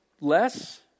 less